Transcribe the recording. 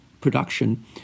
production